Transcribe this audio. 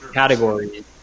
categories